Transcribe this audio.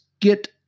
get